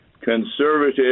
conservative